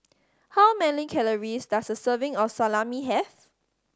how many calories does a serving of Salami have